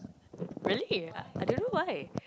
really ah I don't know why